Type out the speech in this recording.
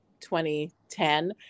2010